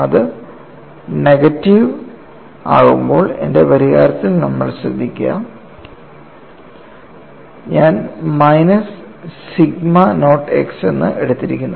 അത് നെഗറ്റീവ് ആകുമ്പോൾ എന്റെ പരിഹാരത്തിൽ ശ്രദ്ധിക്കുക ഞാൻ മൈനസ് സിഗ്മ നോട്ട് x എന്ന എടുത്തിരിക്കുന്നു